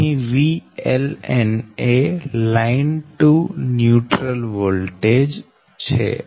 અહી VLNએ line to neutral voltage છે